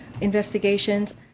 investigations